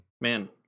man